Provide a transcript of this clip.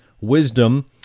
wisdom